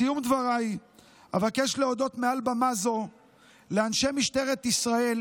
בסיום דבריי אבקש להודות מעל במה זו לאנשי משטרת ישראל